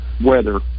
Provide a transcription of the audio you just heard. weather